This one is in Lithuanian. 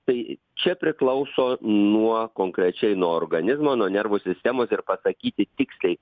tai čia priklauso nuo konkrečiai nuo organizmo nuo nervų sistemos ir pasakyti tiksliai